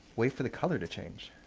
wait for the color to change.